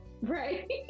Right